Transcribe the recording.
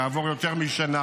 כעבור יותר משנה,